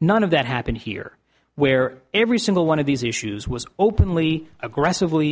none of that happened here where every single one of these issues was openly aggressively